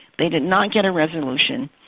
they did not get a resolution,